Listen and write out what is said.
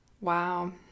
Wow